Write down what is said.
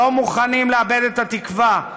לא מוכנים לאבד את התקווה,